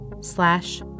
slash